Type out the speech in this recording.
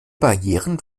barrieren